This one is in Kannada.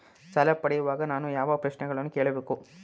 ಸಾಲ ಪಡೆಯುವಾಗ ನಾನು ಯಾವ ಪ್ರಶ್ನೆಗಳನ್ನು ಕೇಳಬೇಕು?